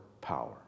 power